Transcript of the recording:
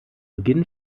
beginn